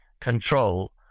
control